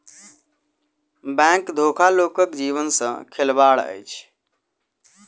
bank धोखा लोकक जीवन सॅ खेलबाड़ अछि